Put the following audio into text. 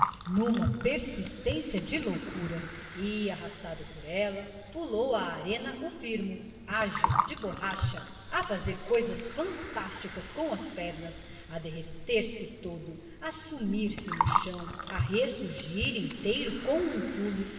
numa persistência de loucura e arrastado por ela pulou à arena o firmo ágil de borracha a fazer coisas fantásticas com as pernas a derreter se todo a sumir-se no chão a ressurgir inteiro com um pulo